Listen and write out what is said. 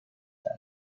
them